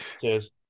Cheers